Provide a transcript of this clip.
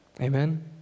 Amen